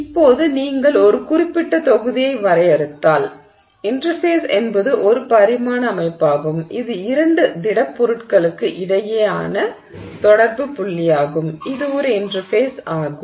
இப்போது நீங்கள் ஒரு குறிப்பிட்ட தொகுதியை வரையறுத்தால் இன்டெர்ஃபேஸ் என்பது இரு பரிமாண அமைப்பாகும் இது இரண்டு திடப்பொருட்களுக்கு இடையேயான தொடர்பு புள்ளியாகும் அது ஒரு இன்டெர்ஃபேஸ் ஆகும்